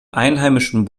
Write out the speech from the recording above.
einheimischen